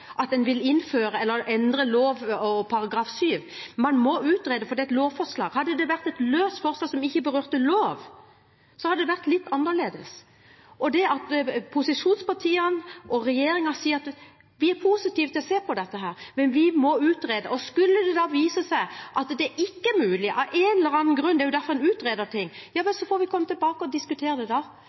utredes. En kan ikke over bordet stemme for å endre § 7 i denne loven. Man må utrede, for det er et lovforslag. Hadde det vært et løst forslag som ikke berørte noen lov, hadde det vært litt annerledes. Posisjonspartiene og regjeringen sier at vi er positive til å se på dette, men vi må utrede. Skulle det da vise seg at det ikke er mulig av en eller annen grunn – det er derfor vi utreder ting – må vi komme tilbake og diskutere det da.